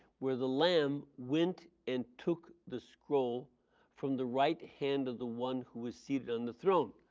where the lamb went and took the scroll from the right hand of the one who was seated on the throne.